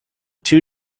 two